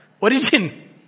origin